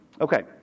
Okay